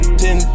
ten